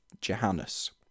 johannes